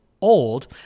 old